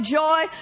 joy